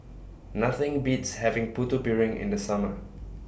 Nothing Beats having Putu Piring in The Summer